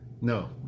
No